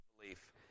belief